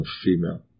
female